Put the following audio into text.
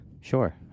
Sure